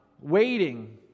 waiting